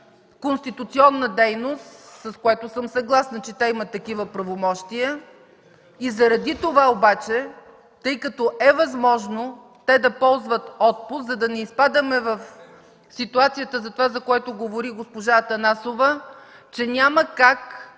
конституционна дейност, с което съм съгласна – че те имат такива правомощия. Заради това обаче, тъй като е възможно те да ползват отпуск, за да не изпадаме в ситуацията, за която говори госпожа Атанасова – че няма как